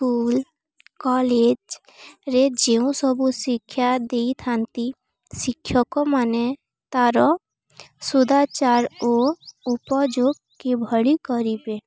school କଲେଜ୍ରେ ଯେଉଁ ସବୁ ଶିକ୍ଷା ଦେଇଥାନ୍ତି ଶିକ୍ଷକମାନେ ତା'ର ସଦାଚାର ଓ ଉପଯୋଗ କିଭଳି କରିବେ